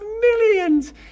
millions